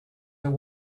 are